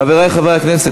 חברי חברי הכנסת,